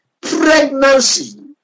pregnancy